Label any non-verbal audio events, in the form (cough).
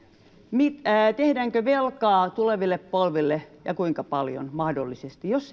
tehdäänkö velkaa tuleville polville ja kuinka paljon mahdollisesti jos (unintelligible)